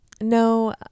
No